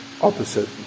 opposite